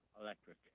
electric